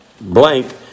blank